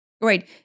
right